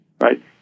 right